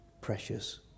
precious